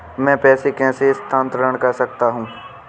मैं पैसे कैसे स्थानांतरण कर सकता हूँ?